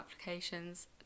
applications